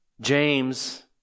James